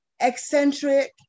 eccentric